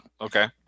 okay